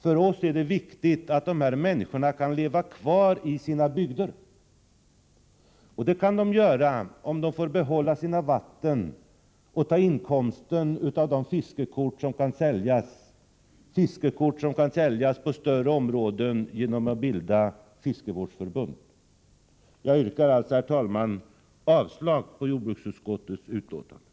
För oss är det viktigt att de här människorna kanleva kvari sina bygder. Det kan de göra, om de får behålla sina vatten och ta inkomsten av de fiskekort för större områden som kan säljas, genom att bilda fiskevårdsförbund. Jag yrkar alltså, herr talman, avslag på hemställan i jordbruksutskottets betänkande.